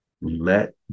Let